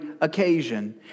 occasion